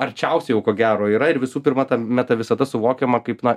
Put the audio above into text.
arčiausiai jau ko gero yra ir visų pirma ta meta visata suvokiama kaip na